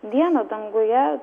dieną danguje